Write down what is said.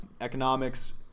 economics